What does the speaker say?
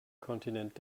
kontinent